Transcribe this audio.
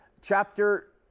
Chapter